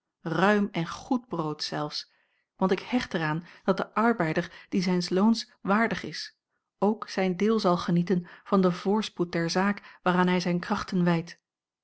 ruim en goed brood zelfs want ik hecht er aan dat de arbeider die a l g bosboom-toussaint langs een omweg zijns loons waardig is ook zijn deel zal genieten van den voorspoed der zaak waaraan hij zijne krachten wijdt